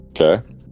okay